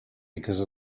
because